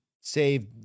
save